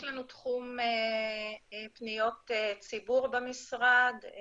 יש לנו תחום פניות ציבור במשרד,